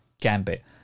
gambit